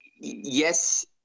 Yes